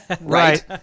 Right